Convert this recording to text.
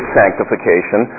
sanctification